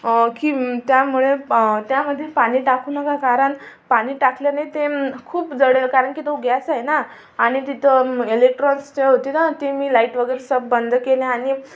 की त्यामुळे त्यामध्ये पाणी टाकू नका कारण पाणी टाकल्याने ते खूप जळेल कारण की तो गॅस आहे ना आणि तिथं इलेक्ट्रॉन्सचं होते ना ते मी लाईट वगैरे सब बंद केल्या आणि